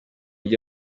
ajya